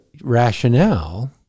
rationale